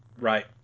Right